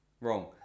Wrong